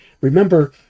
Remember